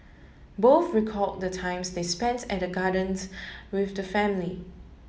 both recall the times they spent at the gardens with the family